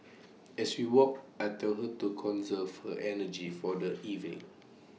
as we walk I tell her to conserve her energy for the evening